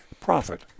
profit